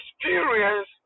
Experience